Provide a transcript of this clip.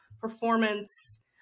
performance